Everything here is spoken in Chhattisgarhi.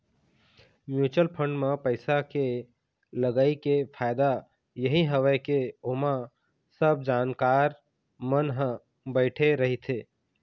म्युचुअल फंड म पइसा के लगई के फायदा यही हवय के ओमा सब जानकार मन ह बइठे रहिथे